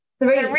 three